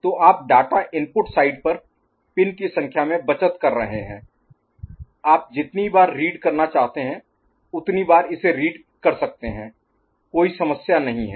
तो आप data input side पर पिन की संख्या में बचत कर रहे हैं आप जितनी बार रीड करना चाहते हैं उतनी बार इसे रीड कर सकते हैं कोई समस्या नहीं है